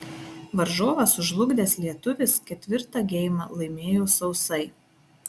varžovą sužlugdęs lietuvis ketvirtą geimą laimėjo sausai